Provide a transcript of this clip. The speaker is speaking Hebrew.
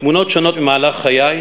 תמונות שונות ממהלך חיי,